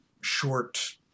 short